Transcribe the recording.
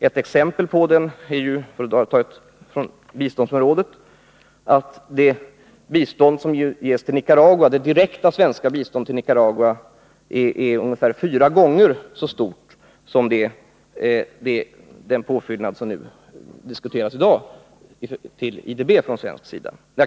För att ta ett exempel från biståndsområdet är det direkta svenska biståndet till Nigaragua ungefär fyra gånger så stort som den påfyllnad till IDB som diskuteras i dag.